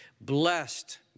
Blessed